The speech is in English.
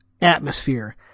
atmosphere